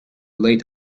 late